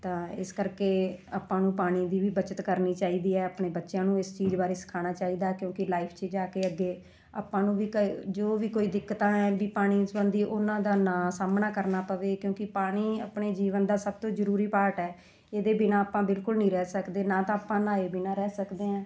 ਤਾਂ ਇਸ ਕਰਕੇ ਆਪਾਂ ਨੂੰ ਪਾਣੀ ਦੀ ਵੀ ਬੱਚਤ ਕਰਨੀ ਚਾਹੀਦੀ ਹੈ ਆਪਣੇ ਬੱਚਿਆਂ ਨੂੰ ਇਸ ਚੀਜ਼ ਬਾਰੇ ਸਿਖਾਉਣਾ ਚਾਹੀਦਾ ਕਿਉਂਕਿ ਲਾਈਫ 'ਚ ਜਾ ਕੇ ਅੱਗੇ ਆਪਾਂ ਨੂੰ ਵੀ ਜੋ ਵੀ ਕੋਈ ਦਿੱਕਤਾਂ ਹੈ ਵੀ ਪਾਣੀ ਸੰਬੰਧੀ ਉਹਨਾਂ ਦਾ ਨਾ ਸਾਹਮਣਾ ਕਰਨਾ ਪਵੇ ਕਿਉਂਕਿ ਪਾਣੀ ਆਪਣੇ ਜੀਵਨ ਦਾ ਸਭ ਤੋਂ ਜ਼ਰੂਰੀ ਪਾਰਟ ਹੈ ਇਹਦੇ ਬਿਨਾਂ ਆਪਾਂ ਬਿਲਕੁਲ ਨਹੀਂ ਰਹਿ ਸਕਦੇ ਨਾ ਤਾਂ ਆਪਾਂ ਨਹਾਏ ਬਿਨਾਂ ਰਹਿ ਸਕਦੇ ਹਾਂ